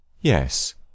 Yes